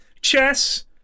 chess